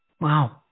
Wow